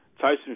Tyson